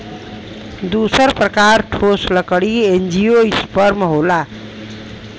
दूसर प्रकार ठोस लकड़ी एंजियोस्पर्म होला